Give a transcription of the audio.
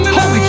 Holy